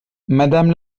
madame